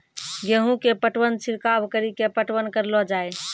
गेहूँ के पटवन छिड़काव कड़ी के पटवन करलो जाय?